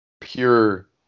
pure